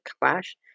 Clash